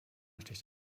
sticht